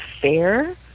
fair